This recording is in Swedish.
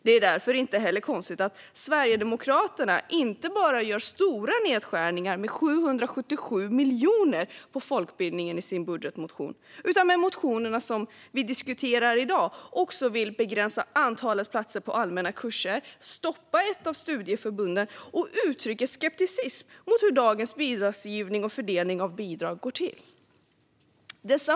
Det är därför heller inte konstigt att Sverigedemokraterna inte bara gör stora nedskärningar med 770 miljoner på folkbildningen i sin budgetmotion utan i motionerna som vi diskuterar i dag också vill begränsa antalet platser på allmänna kurser, stoppa ett av studieförbunden och uttrycker skepsis mot hur dagens bidragsgivning och fördelningen av bidrag går till.